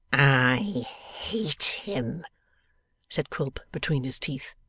i hate him said quilp between his teeth,